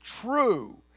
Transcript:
true